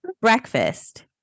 breakfast